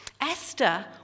Esther